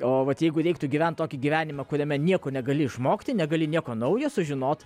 o vat jeigu reiktų gyvent tokį gyvenimą kuriame nieko negali išmokti negali nieko naujo sužinot